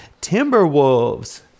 Timberwolves